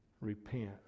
Repent